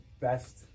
best